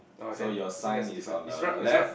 so your sign is on the left